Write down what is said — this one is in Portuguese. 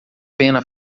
pena